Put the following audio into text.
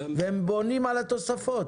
והם בונים על התוספות.